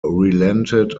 relented